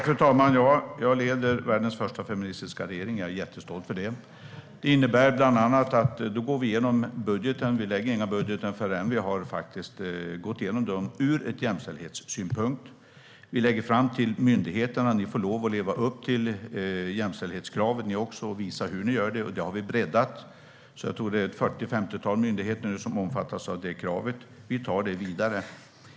Fru talman! Jag leder världens första feministiska regering, och jag är jättestolt över det. Det innebär bland annat att vi inte lägger fram någon budget förrän vi faktiskt har gått igenom den från jämställdhetssynpunkt. Vi anger för myndigheterna att de också måste leva upp till jämställdhetskrav och visa hur de gör. Detta har vi breddat. Jag tror att det är 40-50 myndigheter som nu omfattas av detta krav. Vi tar detta vidare.